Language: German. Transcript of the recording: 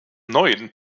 neuen